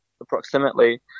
approximately